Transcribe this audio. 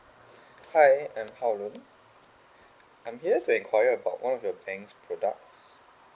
hi I'm hao loon I'm here to enquire about one of your bank's products